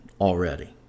already